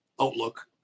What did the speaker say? outlook